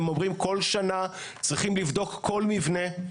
הם אומרים כל שנה צריכים לבדוק כל מבנה.